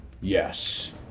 yes